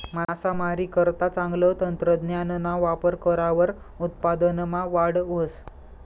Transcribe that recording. मासामारीकरता चांगलं तंत्रज्ञानना वापर करावर उत्पादनमा वाढ व्हस